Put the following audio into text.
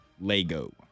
Lego